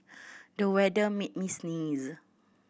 the weather made me sneeze